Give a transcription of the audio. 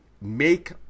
make